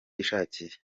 yishakiye